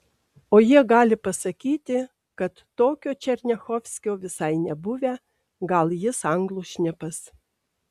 o jie gali pasakyti kad tokio černiachovskio visai nebuvę gal jis anglų šnipas